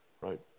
right